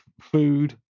food